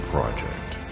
Project